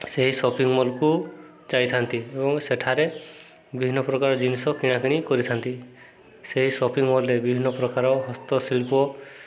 ସେହି ସପିଂ ମଲ୍କୁ ଯାଇଥାନ୍ତି ଏବଂ ସେଠାରେ ବିଭିନ୍ନ ପ୍ରକାର ଜିନିଷ କିଣାକିଣି କରିଥାନ୍ତି ସେହି ସପିଂ ମଲ୍ରେ ବିଭିନ୍ନ ପ୍ରକାର ହସ୍ତଶିଳ୍ପ